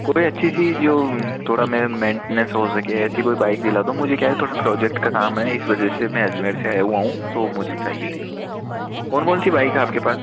कोई अच्छी सी जो थोड़ा में मेंटेनेंस हो सके ऐसी कोई बाइक दिला दो मुझे क्या है थोड़ा प्रोजेक्ट का काम है इस वजह से मैं अजमेर से आया हुआ हूँ तो मुझे चाहिए थी कौन कौन सी बाइक है आपके पास